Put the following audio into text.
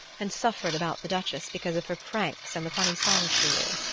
and suffered about the duchess because of her pranks and the funny songs she knew.